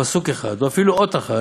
פסוק אחד או דיבור אחד או אפילו אות אחת,